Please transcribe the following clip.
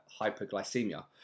hyperglycemia